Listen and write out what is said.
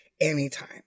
anytime